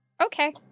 okay